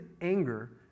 anger